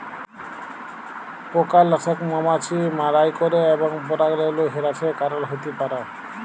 পকালাসক মমাছি মারাই ক্যরে এবং পরাগরেলু হেরাসের কারল হ্যতে পারে